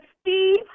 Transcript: Steve